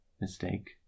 mistake